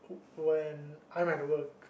when I'm at the work